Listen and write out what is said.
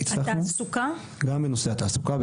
גם בנושא התעסוקה,